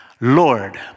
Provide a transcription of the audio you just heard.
Lord